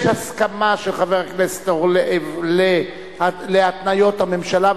יש הסכמה של חבר הכנסת אורלב להתניות הממשלה,